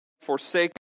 forsake